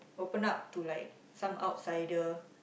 open up to like some outsider